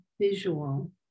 visual